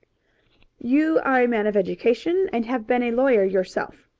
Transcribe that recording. you are a man of education and have been a lawyer yourself.